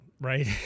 right